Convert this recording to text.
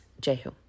Jehu